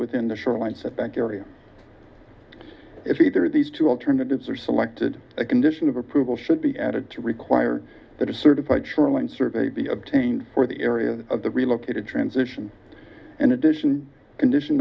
within the shoreline setback area if either of these two alternatives are selected a condition of approval should be added to require that a certified shoreline survey be obtained for the area of the relocated transition and addition condition